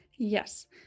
Yes